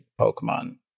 Pokemon